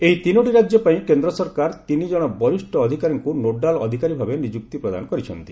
ଏହି ତିନୋଟି ରାଜ୍ୟ ପାଇଁ କେନ୍ଦ୍ର ସରକାର ତିନିଜଣ ବରିଷ୍ଠ ଅଧିକାରୀଙ୍କୁ ନୋଡାଲ ଅଧିକାରୀଭାବେ ନିଯୁକ୍ତି ପ୍ରଦାନ କରିଛନ୍ତି